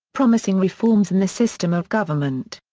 promising reforms in the system of government.